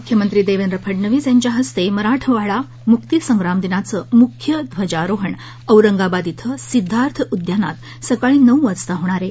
मुख्यमंत्री देवेंद्र फडणवीस यांच्या हस्ते मराठवाडा मुक्तिसंग्राम दिनाचं मुख्य ध्वजारोहण औरंगाबाद श्व सिद्धार्थ उद्यानात सकाळी नऊ वाजता होणार आहे